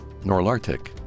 Norlartic